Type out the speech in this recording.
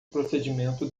procedimento